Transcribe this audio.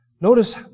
Notice